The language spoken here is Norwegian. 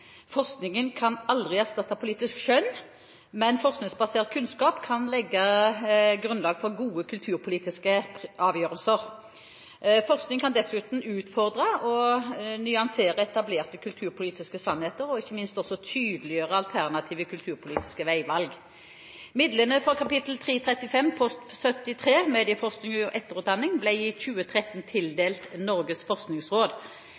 kan aldri erstatte politisk skjønn, men forskningsbasert kunnskap kan legge grunnlag for gode kulturpolitiske avgjørelser. Forskning kan dessuten utfordre og nyansere etablerte kulturpolitiske sannheter og ikke minst også tydeliggjøre alternative kulturpolitiske veivalg. Midlene på Kap. 335, Post 73, Medieforskning og etterutdanning, ble i 2013 tildelt Norges forskningsråd.